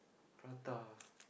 prata